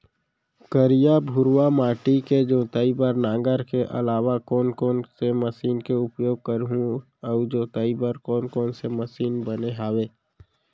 करिया, भुरवा माटी के जोताई बर नांगर के अलावा कोन कोन से मशीन के उपयोग करहुं अऊ जोताई बर कोन कोन से मशीन बने हावे?